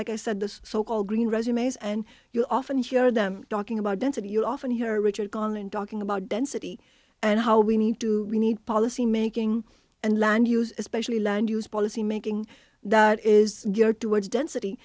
like i said this so called green resumes and you often hear them talking about density you often hear richard gong and talking about density and how we need to we need policy making and land use especially land use policy making that is geared towards density